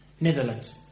Netherlands